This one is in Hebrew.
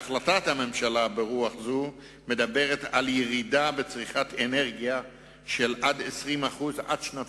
בהחלטת הממשלה ברוח זו מדובר על ירידה של עד 20% בצריכת אנרגיה עד שנת